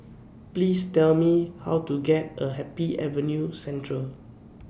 Please Tell Me How to get A Happy Avenue Central